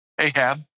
Ahab